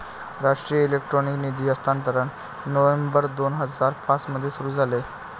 राष्ट्रीय इलेक्ट्रॉनिक निधी हस्तांतरण नोव्हेंबर दोन हजार पाँच मध्ये सुरू झाले